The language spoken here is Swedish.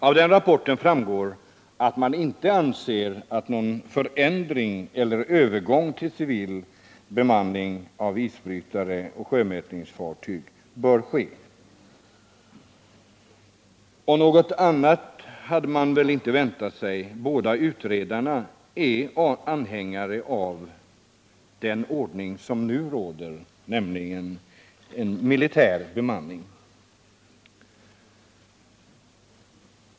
Av denna rapport framgår att de inte anser att någon förändring eller övergång till civil bemanning av isbrytare och sjömätningsfartyg bör ske. Och något annat hade man inte väntat sig. Båda utredarna är anhängare av den ordning som nu råder, nämligen militär bemanning.